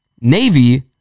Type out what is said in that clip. Navy